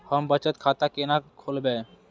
हम बचत खाता केना खोलैब?